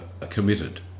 committed